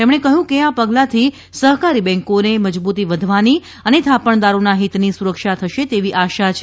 તેમણે કહ્યું કે આ પગલાથી સહકારી બેન્કોને મજબૂતી વધવાની અને થાપણદારોના હિતની સુરક્ષા થશે તેવી આશા છે